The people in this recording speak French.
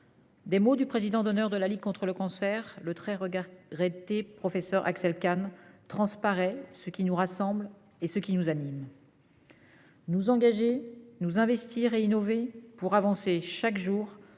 ces mots du président d'honneur de la Ligue contre le cancer, le très regretté professeur Axel Kahn, transparaît ce qui nous rassemble et nous anime : nous engager, nous investir et innover, pour avancer chaque jour